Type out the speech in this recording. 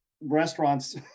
restaurants